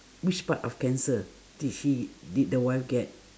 which part of cancer did she did the wife get